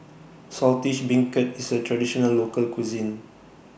Saltish Beancurd IS A Traditional Local Cuisine